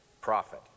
profit